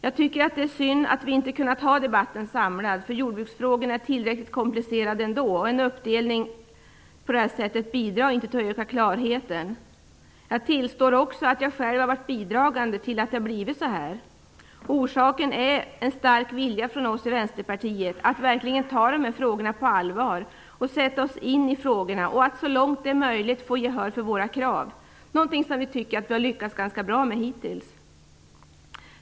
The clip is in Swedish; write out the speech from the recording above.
Det är synd att vi inte kunnat ha debatten samlad - jordbruksfrågorna är tillräckligt komplicerade ändå. En sådan här uppdelning bidrar inte till att öka klarheten. Jag tillstår att jag själv varit bidragande till att det blivit så här. Orsaken är en stark vilja från oss i Vänsterpartiet att verkligen ta dessa frågor på allvar, sätta oss in i dem och så långt det har varit möjligt få gehör för våra krav - något som vi tycker att vi hittills har lyckats ganska bra med.